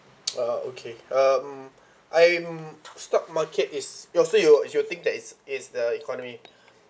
uh okay um I'm stock market is your so you you think that it's it's the economy